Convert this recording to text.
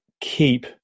keep